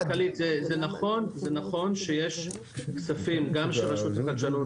מה שאמרה המנכ"לית זה נכון שיש כספים גם של רשות לחדשנות,